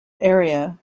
area